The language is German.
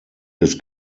des